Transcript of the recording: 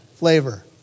flavor